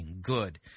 good